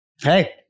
Hey